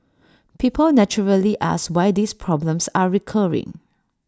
people naturally ask why these problems are recurring